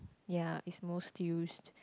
ya it's most used